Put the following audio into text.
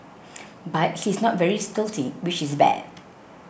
but he is not very stealthy which is bad